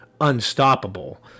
unstoppable